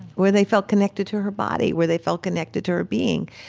where they felt connected to her body, where they felt connected to her being.